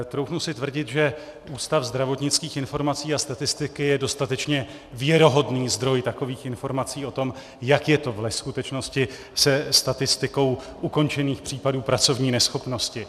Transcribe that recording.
Troufnu si tvrdit, že Ústav zdravotnických informací a statistiky je dostatečně věrohodný zdroj takových informací o tom, jak je to ve skutečnosti se statistikou ukončených případů pracovní neschopnosti.